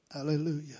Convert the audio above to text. hallelujah